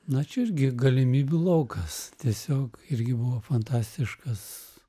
na čia irgi galimybių laukas tiesiog irgi buvo fantastiškas